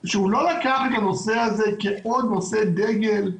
שהוא לא לקח את הנושא זה כעוד נושא דגל,